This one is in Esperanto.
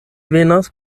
venas